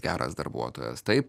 geras darbuotojas taip